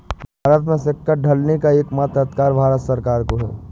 भारत में सिक्का ढालने का एकमात्र अधिकार भारत सरकार को है